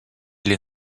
les